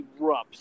erupts